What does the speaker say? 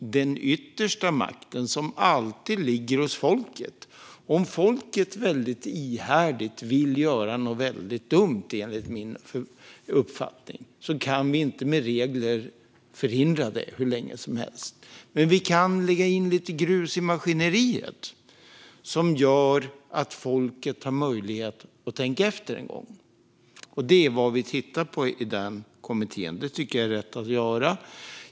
Den yttersta makten ligger alltid hos folket. Om folket ihärdigt vill göra något, enligt min uppfattning, väldigt dumt kan vi inte med regler förhindra det hur länge som helst. Men vi kan lägga in lite grus i maskineriet som ger folket möjlighet att tänka efter en gång. Det tittar vi på i kommittén. Det tycker jag är rätt att göra.